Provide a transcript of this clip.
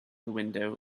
window